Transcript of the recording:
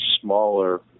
smaller